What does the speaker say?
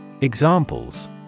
Examples